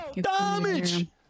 Damage